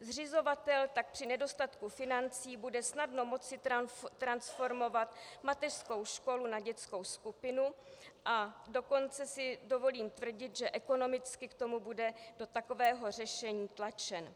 Zřizovatel tak při nedostatku financí bude snadno moci transformovat mateřskou školu na dětskou skupinu, a dokonce si dovolím tvrdit, že ekonomicky bude do takového řešení tlačen.